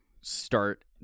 start